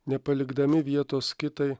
nepalikdami vietos kitai